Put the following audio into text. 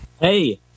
Hey